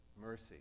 mercy